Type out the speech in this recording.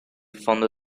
fondo